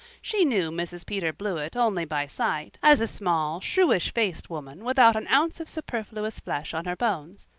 she knew mrs. peter blewett only by sight as a small, shrewish-faced woman without an ounce of superfluous flesh on her bones.